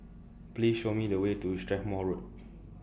Please Show Me The Way to Strathmore Road